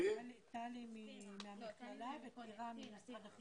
טלי מהמכללה וטירה ממשרד החינוך.